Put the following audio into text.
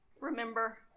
remember